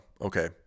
okay